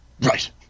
Right